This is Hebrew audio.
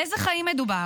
על איזה חיים מדובר?